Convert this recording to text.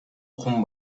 кум